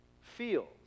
feels